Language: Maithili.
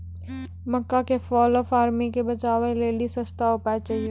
मक्का के फॉल ऑफ आर्मी से बचाबै लेली सस्ता उपाय चाहिए?